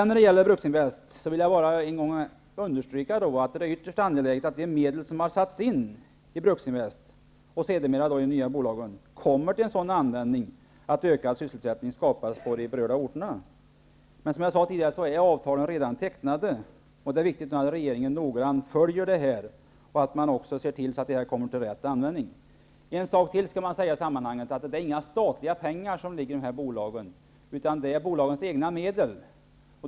När det gäller Bruksinvest vill jag än en gång understryka att det är angeläget att de medel som har satts in i Bruksinvest och sedermera i de nya bolagen kommer till en sådan användning att ökad sysselsättning skapas på de berörda orterna. Men som jag tidigare sade är avtalen redan tecknade, och det är viktigt att regeringen noggrant följer frågan och ser till att pengarna kommer till rätt användning. Det bör också sägas att det inte är några statliga pengar som ligger i de här bolagen, utan det är bolagens egna medel.